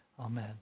Amen